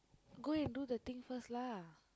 go and do the thing first lah